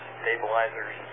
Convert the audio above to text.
stabilizers